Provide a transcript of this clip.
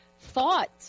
thought